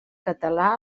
català